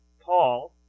Paul